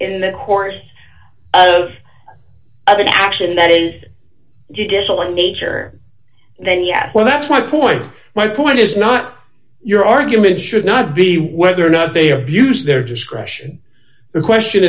in the course of action that you get all the nature then yes well that's my point my point is not your argument should not be whether or not they abused their discretion the question